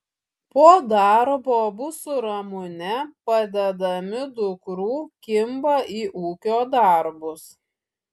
po darbo abu su ramune padedami dukrų kimba į ūkio darbus